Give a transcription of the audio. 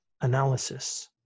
analysis